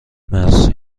مرسی